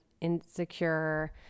insecure